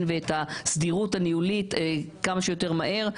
ואת הסדירות הניהולית כמה שיותר מהר,